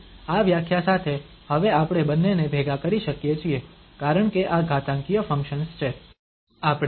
તેથી આ વ્યાખ્યા સાથે હવે આપણે બંનેને ભેગાં કરી શકીએ છીએ કારણ કે આ ઘાતાંકીય ફંક્શન્સ છે